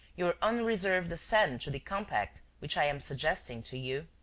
your unreserved assent to the compact which i am suggesting to you.